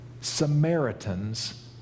Samaritans